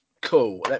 Cool